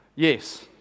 Yes